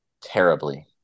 terribly